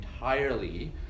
entirely